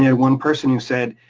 yeah one person who said,